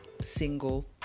Single